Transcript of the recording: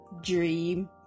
dream